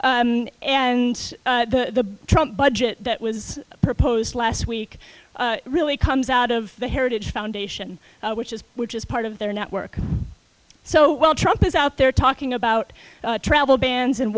and the trump budget that was proposed last week really comes out of the heritage foundation which is which is part of their network so well trump is out there talking about travel bans